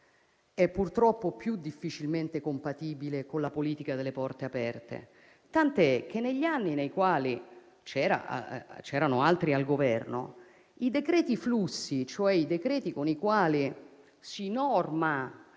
purtroppo, è più difficilmente compatibile con la politica delle porte aperte; tant'è che, negli anni nei quali c'erano altri al Governo, i decreti flussi, con i quali si normano